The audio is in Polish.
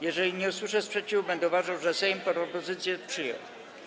Jeżeli nie usłyszę sprzeciwu, będę uważał, że Sejm propozycję przyjął.